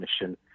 mission